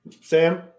Sam